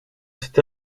cet